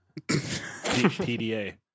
PDA